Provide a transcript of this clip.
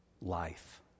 Life